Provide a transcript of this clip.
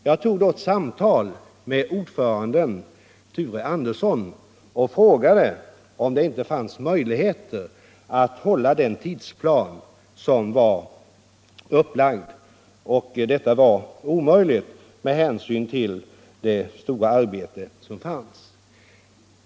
Jag tog då ett samtal med ordföranden Thure Andersson och frågade, om det inte fanns möjligheter att hålla den tidsplan som var uppgjord. Det visade sig att detta var omöjligt med hänsyn till det stora arbete som återstod.